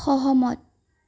সহমত